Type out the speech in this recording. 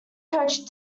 coach